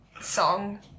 song